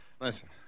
Listen